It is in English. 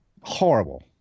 horrible